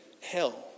hell